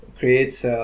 Creates